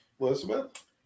Elizabeth